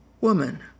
woman